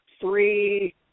three